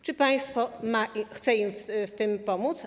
Czy państwo chce im w tym pomóc?